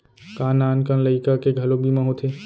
का नान कन लइका के घलो बीमा होथे?